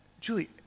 Julie